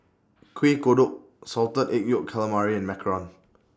Kueh Kodok Salted Egg Yolk Calamari and Macarons